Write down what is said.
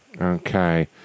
okay